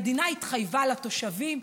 המדינה התחייבה לתושבים.